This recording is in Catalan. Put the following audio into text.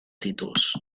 títols